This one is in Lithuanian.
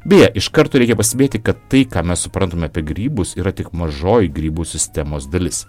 beje iš karto reikia pastebėti kad tai ką mes suprantame apie grybus yra tik mažoji grybų sistemos dalis